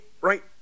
right